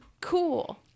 Cool